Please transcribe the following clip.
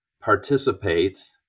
participate